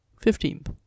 Fifteenth